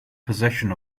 possession